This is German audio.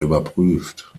überprüft